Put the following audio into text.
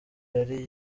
yari